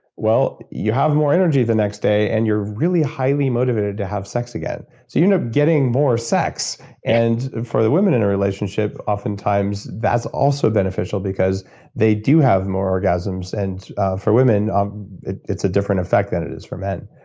well you have more energy the next day and you're really highly motivated to have sex again so you end up getting more sex and for the women in the relationship oftentimes that's also beneficial because they do have more orgasms and for women um it's a different effect than it is for men.